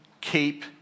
keep